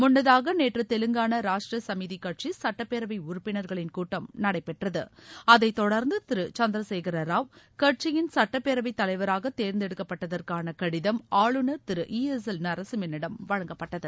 முன்னதாக நேற்று தெலங்கானா ராஷ்ட்ர சமிதி கட்சி சுட்டப்பேரவை உறுப்பினா்களின் கூட்டம் நடைபெற்றது சுட்ப்பேரவை தொடர்ந்து திரு சந்திரசேகர ராவ் கட்சியின் தலைவராக அதை தேர்ந்தெடுக்கப்பட்டதற்கான கடிதம் ஆளுநர் திரு இ எஸ் எல் நரசிம்மனிடம் வழங்கப்பட்டது